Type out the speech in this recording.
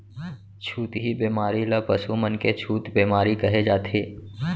छुतही बेमारी ल पसु मन के छूत बेमारी कहे जाथे